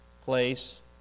place